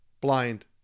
blind